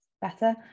better